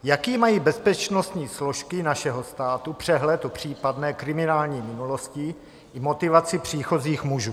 Jaký mají bezpečnostní složky našeho státu přehled o případné kriminální minulosti i motivaci příchozích mužů?